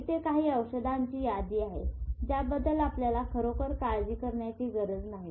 येथे कांही औषधांची यादी आहे ज्याबद्दल आपल्याला खरोखर काळजी करण्याची गरज नाही